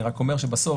אני רק אומר שאנחנו